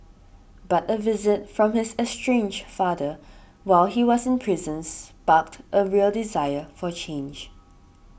but a visit from his estranged father while he was in prisons barked a real desire for change